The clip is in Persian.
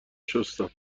شستم